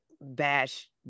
bash